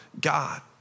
God